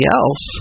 else